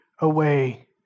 away